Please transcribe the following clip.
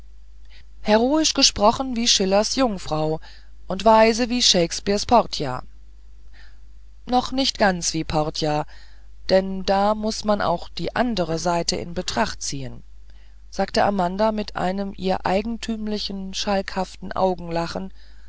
heroisch gesprochen wie schillers jungfrau und weise wie shakespeares portia noch nicht ganz wie portia denn da muß man auch die andere seite in betracht ziehen sagte amanda mit einem ihr eigentümlichen schalkhaften